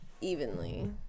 evenly